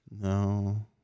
No